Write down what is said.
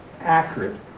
accurate